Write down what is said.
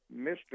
Mr